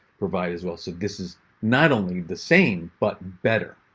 provide as well. so this is not only the same, but better.